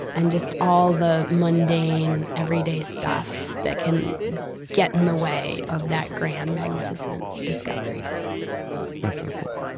and just all the mundane everyday stuff that can get in the way of that grand magnificent discovery that's so cool.